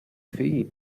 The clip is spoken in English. feel